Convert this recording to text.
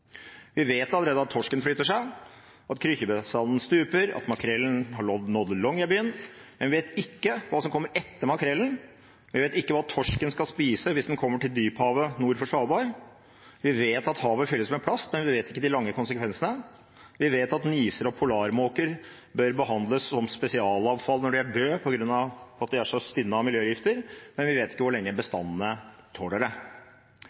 Vi vet allerede at torsken flytter seg, at krykkjebestanden stuper, at makrellen har nådd Longyearbyen, men vi vet ikke hva som kommer etter makrellen. Vi vet ikke hva torsken skal spise hvis den kommer til dyphavet nord for Svalbard. Vi vet at havet fylles med plast, men vi vet ikke de langsiktige konsekvensene. Vi vet at niser og polarmåker bør behandles som spesialavfall når de er døde, på grunn av at de er så stinne av miljøgifter. Men vi vet ikke hvor lenge bestandene tåler det.